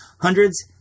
hundreds